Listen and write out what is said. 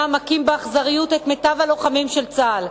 מכים באכזריות את מיטב הלוחמים של צה"ל.